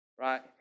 right